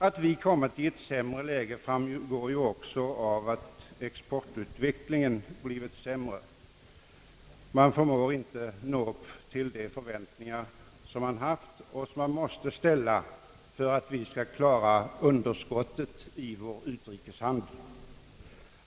Att vi kommit i ett sämre läge framgår ju också av att exportutvecklingen blivit sämre. Man förmår inte nå upp till de förväntningar, som man haft och som man måste ha för att vi skall klara underskottet i vår utrikeshandel.